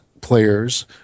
players